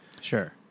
sure